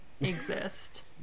exist